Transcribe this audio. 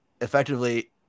effectively